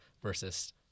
versus